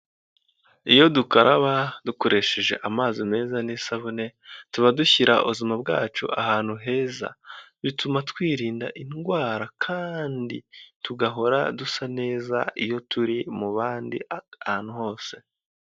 Iyo dukaraba dukoresheje amazi meza n'isabune, tuba dushyira ubuzima bwacu ahantu heza. Bituma twirinda indwara, kandi tugahora dusa neza iyo turi mu bandi, ahantu hose.